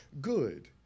good